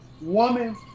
woman